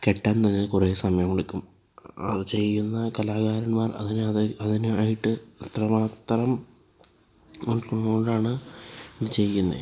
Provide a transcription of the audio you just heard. കെട്ടുന്നത് കുറേ സമയമെടുക്കും അത് ചെയ്യുന്ന കലാകാരന്മാർ അതിന് അതിന് ആയിട്ട് അത്ര മാത്രം നിൽക്കുന്നോണ്ടാണ് ഇത് ചെയ്യുന്നത്